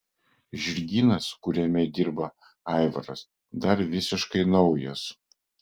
žirgynas kuriame dirba aivaras dar visiškai naujas